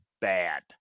bad